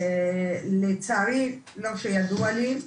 לצערי לא שידוע לי.